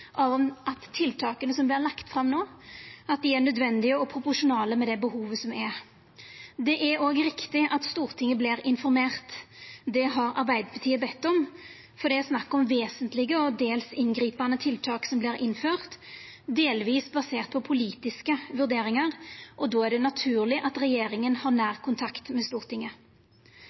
av om dei tiltaka som vert lagde fram no, er nødvendige og proporsjonale med det behovet som er. Det er òg riktig at Stortinget vert informert. Det har Arbeidarpartiet bedt om, for det er snakk om vesentlege og tildels inngripande tiltak som vert innførte, delvis baserte på politiske vurderingar. Då er det naturleg at regjeringa har nær kontakt med Stortinget.